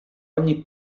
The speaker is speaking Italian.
ogni